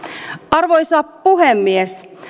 arvoisa puhemies